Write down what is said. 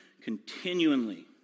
continually